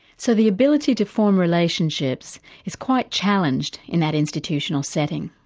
so the ability to form relationships is quite challenged in that institutional setting.